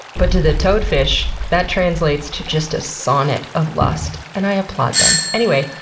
but to the toadfish that translates to just a sonnet of lust, and i applaud them. anyway,